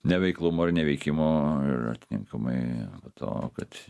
neveiklumu ar neveikimu ir atitinkamai to kad